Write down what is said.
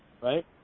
right